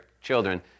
children